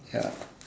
ya